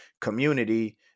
community